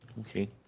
Okay